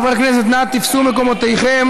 חברי הכנסת, נא תפסו מקומותיכם.